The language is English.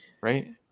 Right